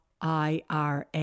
IRA